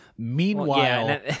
Meanwhile